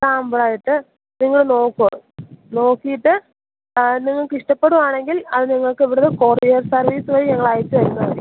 sample ആയിട്ട് നിങ്ങൾ നോക്കു അത് നോക്കിയിട്ട് സാധനം നിങ്ങൾക്കിഷ്ടപ്പെടുവാണെങ്കിൽ അത് നിങ്ങൾക്ക് ഇവിടെ നിന്ന് കൊറിയർ സർവ്വീസ് വഴി ഞങ്ങളയച്ച് തരുന്നതായിരിക്കും